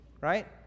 right